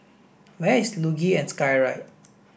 where is Luge and Skyride